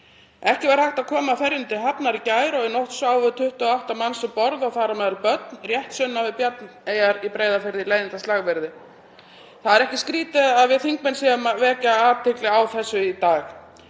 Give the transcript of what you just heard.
Ekki var hægt að koma ferjunni til hafnar í gær og í nótt sváfu 28 manns um borð og þar á meðal börn, rétt sunnan við Bjarneyjar á Breiðafirði í leiðinda slagvirði. Það er ekki skrýtið að við þingmenn séum að vekja athygli á þessu í dag.